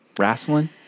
Wrestling